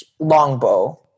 Longbow